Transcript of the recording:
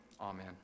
Amen